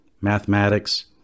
mathematics